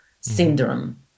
syndrome